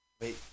wait